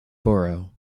borough